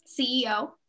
CEO